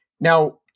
Now